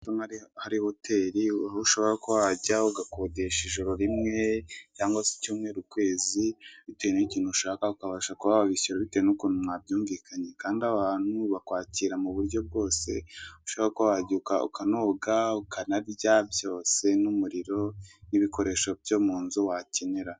ndabona ari hoteri aho ushobora kuba wajya ugakodesha ijoro rimwe, cyangwa se icyumweru, ukwezi bitewe n'ikintu ushaka ukabasha kuba wabishyura bitewe n'ukuntu mwabyumvikanye kandi aho hantu bakwakira mu buryo bwose ushobora kuba wahajya ukanoga, ukanarya byose n'umuriro , n'ibikoresho byo mu nzu wakenera.